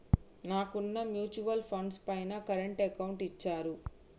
నాకున్న mutual funds పైన current account ఇచ్చారు